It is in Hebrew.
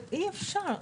זה בלתי אפשרי.